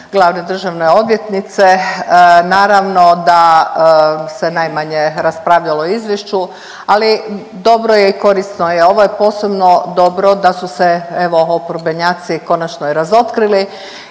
glavne državne odvjetnice, naravno da se najmanje raspravljalo o izvješću ali dobro je i korisno je ovo je posebno dobro da su se evo oporbenjaci konačno i razotkrili